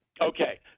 Okay